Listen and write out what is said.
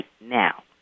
now